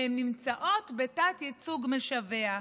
הן נמצאות בתת-ייצוג משווע.